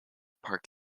park